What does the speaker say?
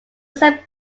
some